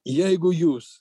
jeigu jūs